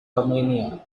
armenia